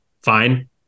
fine